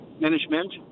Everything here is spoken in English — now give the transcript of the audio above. management